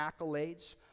accolades